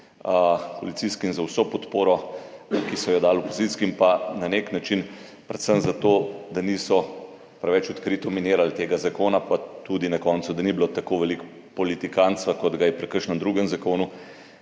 Koalicijskim za vso podporo, ki so jo dali, opozicijskim pa na nek način predvsem za to, da niso preveč odkrito minirali tega zakona, pa tudi na koncu, da ni bilo tako veliko politikantstva, kot ga je pri kakšnem drugem zakonu,